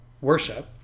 worship